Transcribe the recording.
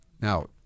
Now